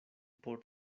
por